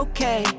Okay